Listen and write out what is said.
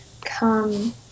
come